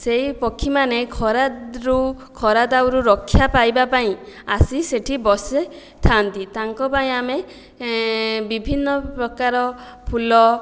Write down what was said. ସେହି ପକ୍ଷୀମାନେ ଖରା ରୁ ଖରା ଦାଉରୁ ରକ୍ଷା ପାଇବା ପାଇଁ ଆସି ସେଠି ବସିଥାନ୍ତି ତାଙ୍କ ପାଇଁ ଆମେ ବିଭିନ୍ନ ପ୍ରକାର ଫୁଲ